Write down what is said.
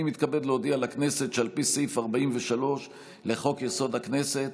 אני מתכבד להודיע לכנסת שעל פי סעיף 43 לחוק-יסוד: הכנסת,